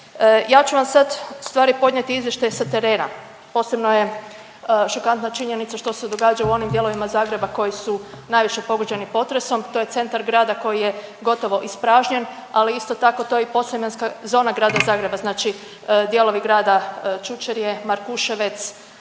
Ja ću vam sad u stvari podnijeti izvještaj sa terena, posebno je šokantna činjenica što se događa u onim dijelovima Zagreba koji su najviše pogođeni potresom, to je centar grada koji je gotovo ispražnjen ali isto tako to je i Podsljemenska zona grada Zagreba, znači dijelovi grada Čučerje, Markuševec,